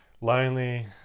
lonely